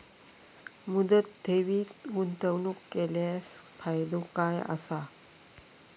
मुदत ठेवीत गुंतवणूक केल्यास फायदो काय आसा?